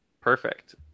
perfect